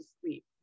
sleep